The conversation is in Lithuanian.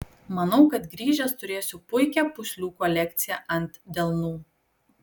manau kad grįžęs turėsiu puikią pūslių kolekciją ant delnų